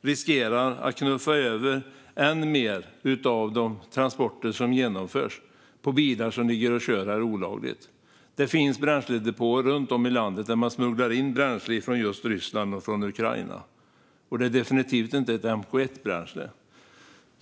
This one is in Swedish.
riskerar att knuffa över än mer av de transporter som genomförs på bilar som kör här olagligt. Det finns bränsledepåer runt om i landet där man smugglar in bränsle från just Ryssland och Ukraina. Det är definitivt inte ett MK1-bränsle.